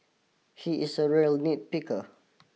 he is a real nitpicker